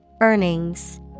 Earnings